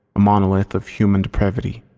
a monolith of human depravity.